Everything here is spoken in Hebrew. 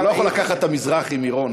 אתה לא יכול לקחת את ה"מזרחי" מרונה,